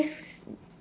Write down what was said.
let's